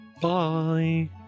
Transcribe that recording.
Bye